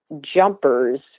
jumpers